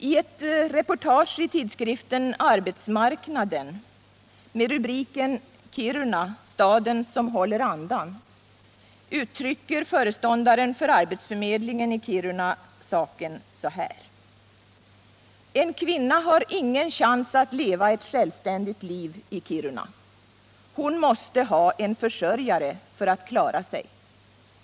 I ett reportage i tidskriften Arbetsmarknaden med rubriken ”Kiruna —- staden som håller andan” uttrycker föreståndaren för arbetsförmedlingen i Kiruna saken så här: ”En kvinna har ingen chans att leva ett sjävständigt liv i Kiruna. Hon måste ha en försörjare för att klara sig...